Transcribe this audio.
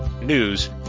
news